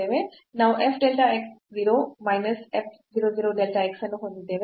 ನಾವು f delta x 0 minus f 0 0 delta x ಅನ್ನು ಹೊಂದಿದ್ದೇವೆ